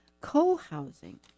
co-housing